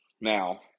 Now